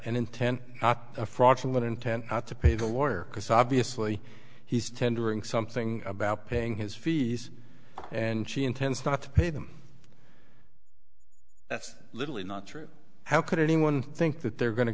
intent not to pay the lawyer because obviously he's tendering something about paying his fees and she intends not to pay them that's literally not true how could anyone think that they're going to